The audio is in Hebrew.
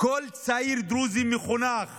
כל צעיר דרוזי מחונך